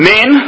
Men